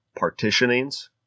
partitionings